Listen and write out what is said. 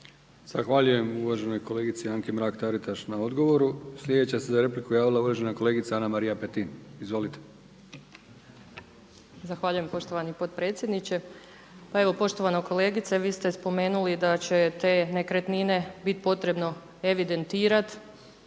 Zahvaljujem uvaženoj kolegici Anki Mrak-Taritaš na odgovoru. Sljedeća se za repliku javila uvažena kolegica Ana- Marija Petin. Izvolite. **Petin, Ana-Marija (HSS)** Zahvaljujem poštovani potpredsjedniče. Pa evo poštovana kolegice, vi ste spomenuli da će te nekretnine bit potrebno evidentirati,